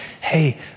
hey